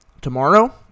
tomorrow